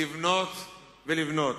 לבנות ולבנות.